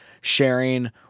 sharing